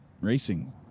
racing